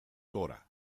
dra